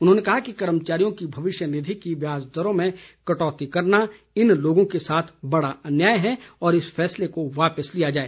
उन्होंने कहा कि कर्मचारियों की भविष्य निधि की ब्याज दरों में कटौती करना इन लोगों के साथ बड़ा अन्याय है और इस फैसले को वापिस लिया जाए